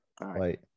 Right